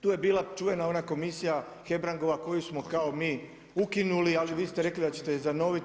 Tu je bila čuvena ona komisija Hebrangova koju smo kao mi ukinuli, ali vi ste rekli da ćete je zanoviti.